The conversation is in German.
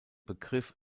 begriff